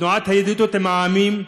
תנועת הידידות עם העמים,